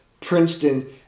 Princeton